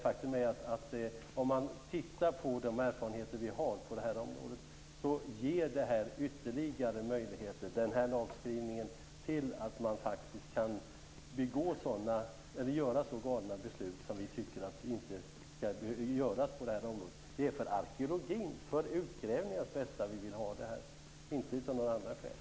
Faktum är att om man ser på de erfarenheter vi har på det här området ger den här lagskrivningen ytterligare möjligheter att faktiskt fatta så galna beslut som vi tycker att man inte bör göra på det här området. Det är för arkeologins och utgrävningarnas bästa vi vill detta. Inte av några andra skäl.